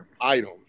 item